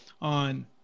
on